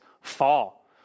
fall